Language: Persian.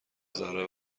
ذره